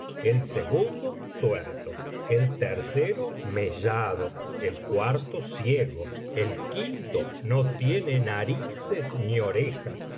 el segundo tuerto el tercero mellado el cuarto ciego el quinto no tiene narices ni orejas